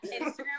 Instagram